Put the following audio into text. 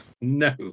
No